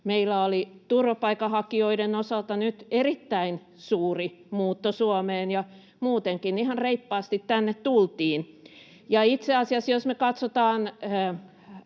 meillä oli turvapaikanhakijoiden osalta erittäin suuri muutto Suomeen, ja muutenkin ihan reippaasti tänne tultiin. [Leena Meren